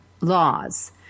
laws